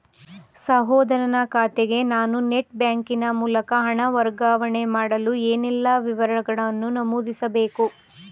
ಸಹೋದರನ ಖಾತೆಗೆ ನಾನು ನೆಟ್ ಬ್ಯಾಂಕಿನ ಮೂಲಕ ಹಣ ವರ್ಗಾವಣೆ ಮಾಡಲು ಯಾವೆಲ್ಲ ವಿವರಗಳನ್ನು ನಮೂದಿಸಬೇಕು?